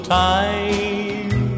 time